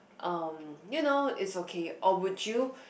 um you know it's okay or would you